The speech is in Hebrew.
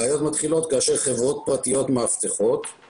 השאלה המתבקשת היא מה קורה בתווך